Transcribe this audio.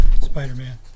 Spider-Man